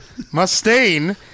Mustaine